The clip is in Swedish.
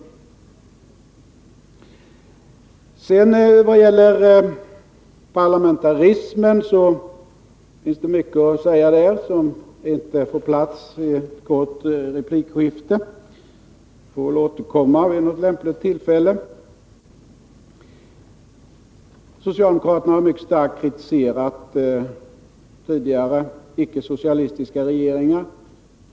Vad sedan gäller parlamentarism finns det mycket att säga, men det får utövning m.m. inte plats i ett kort replikskifte. Jag får återkomma till det vid något lämpligt tillfälle. Socialdemokraterna har mycket starkt kritiserat tidigare icke-socialistiska regeringar.